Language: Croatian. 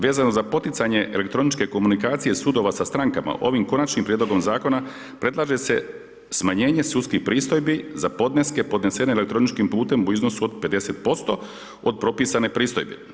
Vezano za poticanje elektroničke komunikacije sudova sa strankama ovim konačnim prijedlogom zakona predlaže se smanjenje sudskih pristojbi za podneske podnesene elektroničkim putem u iznosu od 50% od propisane pristojbe.